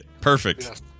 perfect